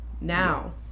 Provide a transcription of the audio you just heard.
Now